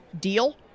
deal